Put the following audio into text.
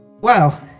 wow